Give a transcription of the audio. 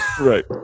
Right